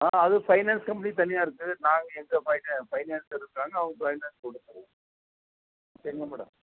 அது finance company தனியாக இருக்குது நாங்கள் எங்கள் பைனான்ஸ்சர் இருக்காங்க அவங்க பைனான்ஸ் கொடுத்துடுவாங்க சரிங்க மேடம்